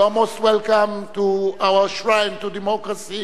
You are most welcome to our Shrine of Democracy,